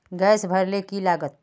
Gas भरले की लागत?